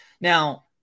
Now